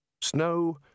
Snow